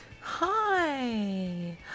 Hi